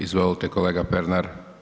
Izvolite kolega Pernar.